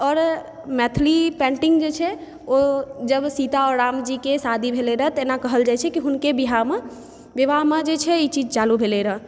आओर मैथिली पेण्टिङ्ग जे छै ओ जब सीता आओर रामजीके शादी भेलै रऽ तऽ एना कहल जाइ छै कि हुनके बियाहमे विवाहमे जे छै ई चीज चालू भेलै रऽ